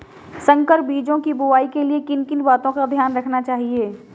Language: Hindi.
संकर बीजों की बुआई के लिए किन किन बातों का ध्यान रखना चाहिए?